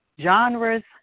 Genres